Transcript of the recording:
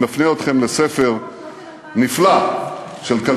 לא של 2013. אני מפנה אתכם לספר נפלא שעושה הבדלה,